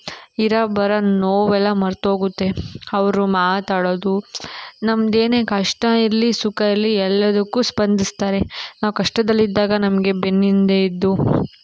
ಇರೋ ಬರೋ ನೋವೆಲ್ಲ ಮರೆತೋಗುತ್ತೆ ಅವ್ರು ಮಾತಾಡೋದು ನಮ್ದು ಏನೇ ಕಷ್ಟ ಇರಲಿ ಸುಖ ಇರಲಿ ಎಲ್ಲದಕ್ಕೂ ಸ್ಪಂದಿಸ್ತಾರೆ ನಾವು ಕಷ್ಟದಲ್ಲಿದ್ದಾಗ ನಮಗೆ ಬೆನ್ನ ಹಿಂದೆ ಇದ್ದು